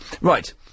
Right